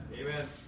amen